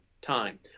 time